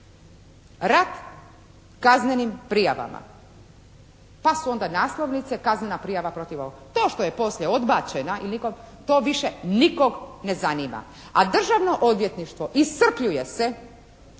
rat kaznenim prijavama. Pa su onda naslovnice kaznena prijava protiv ovog. To što je poslije odbačena to više nikoga ne zanima. A Državno odvjetništvo iscrpljuje se